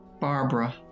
Barbara